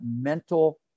mental